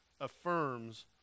affirms